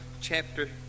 chapter